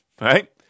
right